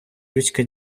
людська